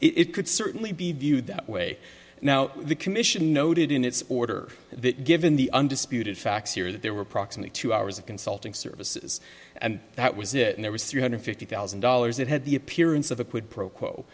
bribe it could certainly be viewed that way now the commission noted in its order that given the undisputed facts here that there were approximately two hours of consulting services and that was it in there was three hundred fifty thousand dollars it had the appearance of a quid pro quo